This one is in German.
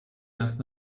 erst